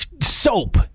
soap